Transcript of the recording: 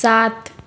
सात